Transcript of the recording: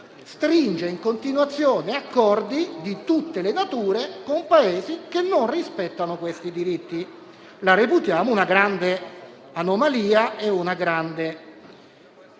stringe in continuazione accordi di tutte le nature con Paesi che non rispettano tali diritti? La reputiamo una grande anomalia e una grande